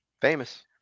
famous